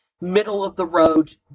middle-of-the-road